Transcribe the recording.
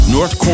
North